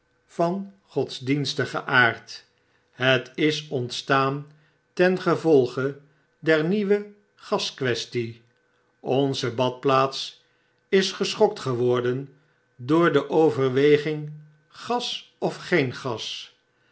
van godsdienstigen aard het is ontstaan ten gevolge der nieuwe gasquaestie onze badplaats is geschokt geworden door de overweging gas of geen gas